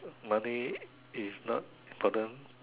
money is not burden